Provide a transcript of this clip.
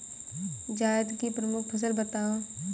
जायद की प्रमुख फसल बताओ